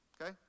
Okay